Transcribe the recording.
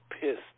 pissed